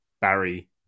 Barry